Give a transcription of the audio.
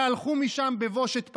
והלכו משם בבושת פנים.